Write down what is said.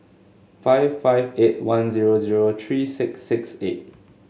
five five eight one zero zero three six six eight